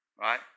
right